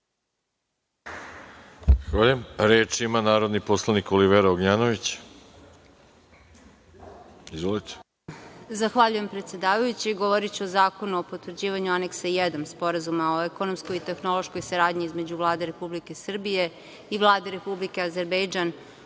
Zahvaljujem. Reč ima narodni poslanik Olivera Ognjanović. Izvolite. **Olivera Ognjanović** Zahvaljujem predsedavajući. Govoriću o zakonu o potvrđivanju Aneksa I, Sporazuma o ekonomskoj i tehnološkoj saradnji između Vlade Republike Srbije i Vlade Republike Azerbejdžan.